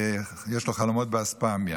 יש לו חלומות באספמיה.